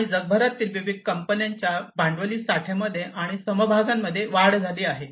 आणि जगभरातील विविध कंपन्यांच्या भांडवली साठ्यामध्ये आणि समभागांमध्ये वाढ झाली आहे